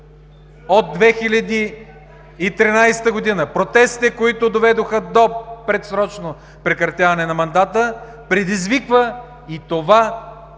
от 2013 г. – протестите, които доведоха до предсрочно прекратяване на мандата – предизвиква и това